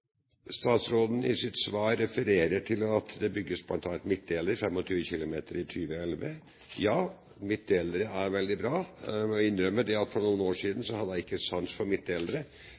statsråden til at det bl.a. bygges midtdelere – 25 km i 2011. Ja, midtdelere er veldig bra. Jeg må innrømme at for noen år siden hadde jeg ikke sans for